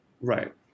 Right